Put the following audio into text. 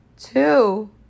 Two